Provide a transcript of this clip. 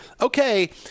okay